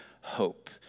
hope